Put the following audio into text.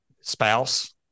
spouse